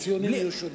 הציונים יהיו שונים.